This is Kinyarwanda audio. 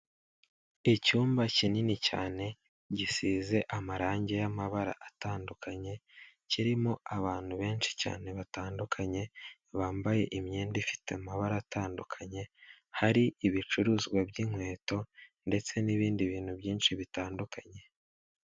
Icyumba kinini cyane gisize amarangi y'amabara atandukanye kirimo abantu benshi cyane batandukanye bambaye imyenda ifite amabara atandukanye. Hari ibicuruzwa b'inkweto ndetse n'ibindi bintu byinshi bitandukanye.